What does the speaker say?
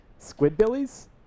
Squidbillies